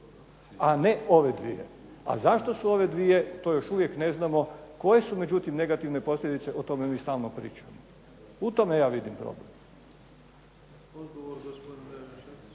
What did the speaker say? a ne ove dvije, a zašto su ove dvije to još uvijek ne znamo koje su međutim negativne posljedice o tome mi stalno pričamo, u tome ja vidim problem. **Bebić, Luka (HDZ)**